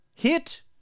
Hit